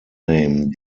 name